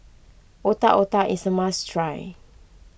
Otak Otak is a must try